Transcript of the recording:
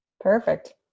Perfect